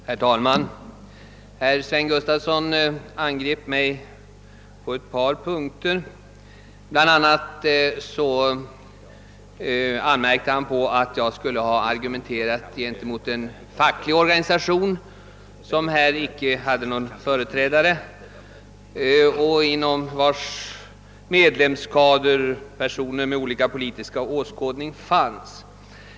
Herr talman! Herr Gustafson i Göteborg angrep mig på ett par punkter. Bl. a. anmärkte han på att jag skulle ha argumenterat mot en facklig organisation som inte har någon företrädare här i kammaren och inom vars medlemskader finns personer med olika politiska åskådningar.